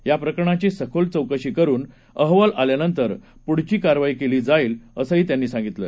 याप्रकरणाची सखोल चौकशी करुन अहवाल आल्यानंतर पुढची कारवाई केली जाईल असं त्यांनी सांगितलं